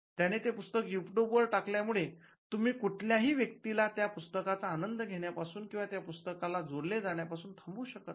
त्याने ते पुस्तक युट्युब वर टाकल्या मुळे तुम्ही कुठल्याही व्यक्तीला त्या पुस्तकातचा आनंद घेण्यापासून किंवा त्या पुस्तकाला जोडले जाण्यापासून थांबवू शकत नाही